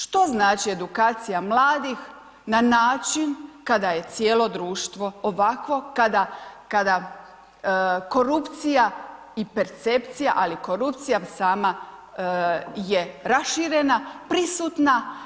Što znači edukacija mladih na način kada je cijelo društvo ovakvo, kada korupcija i percepcija ali i korupcija sama je raširena, prisutna.